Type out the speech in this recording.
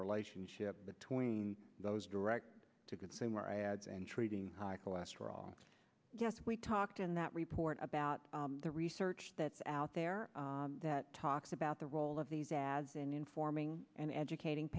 relationship between those direct to consumer ads and treating high cholesterol yes we talked in that report about the research that's out there that talks about the role of these ads in informing and educating